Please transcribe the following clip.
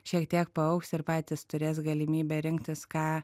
šiek tiek paaugs ir patys turės galimybę rinktis ką